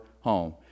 home